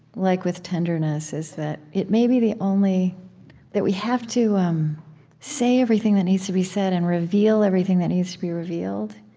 like with tenderness, is that it may be the only that we have to um say everything that needs to be said and reveal reveal everything that needs to be revealed